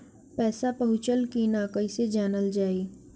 पैसा पहुचल की न कैसे जानल जाइ?